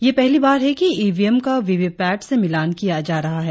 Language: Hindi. यह पहली बार है कि ई वी एम का वी वी पैट से मिलान किया जा रहा है